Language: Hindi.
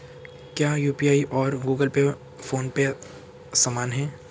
क्या यू.पी.आई और गूगल पे फोन पे समान हैं?